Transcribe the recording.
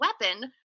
weapon